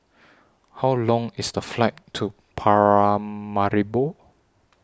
How Long IS The Flight to Paramaribo